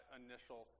initial